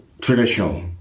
traditional